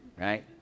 right